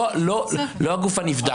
לא הגוף הנבדק.